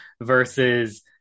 versus